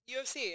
UFC